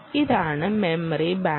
ഇതാണ് memory bank